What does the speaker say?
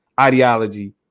ideology